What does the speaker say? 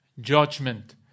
Judgment